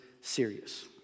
serious